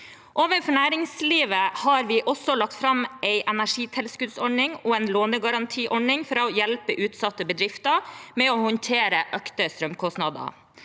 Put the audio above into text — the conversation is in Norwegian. Overfor næringslivet har vi også lagt fram en energitilskuddsordning og en lånegarantiordning for å hjelpe utsatte bedrifter med å håndtere økte strømkostnader.